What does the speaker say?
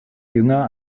jünger